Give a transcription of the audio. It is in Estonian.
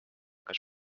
kas